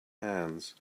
hands